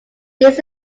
this